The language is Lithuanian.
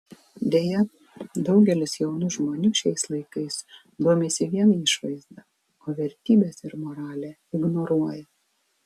deja daugelis jaunų žmonių šiais laikais domisi vien išvaizda o vertybes ir moralę ignoruoja